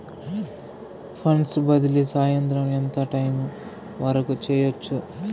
funds బదిలీ సాయంత్రం ఎంత టైము వరకు చేయొచ్చు